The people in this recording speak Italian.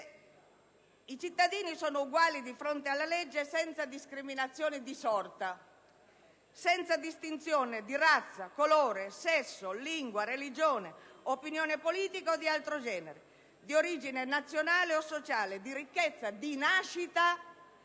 i cittadini sono uguali di fronte alla legge senza discriminazione di sorta, senza distinzione di razza, colore, sesso, lingua, religione, opinione politica o di altro genere, di origine nazionale o sociale, di ceto, di nascita